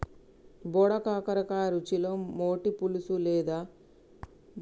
బోడ కాకర రుచిలో మేటి, పులుసు లేదా కూర ఎట్లా చేసిన మంచిగుంటది, దర కూడా కొంచెం ఎక్కువే ఉంటది